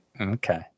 Okay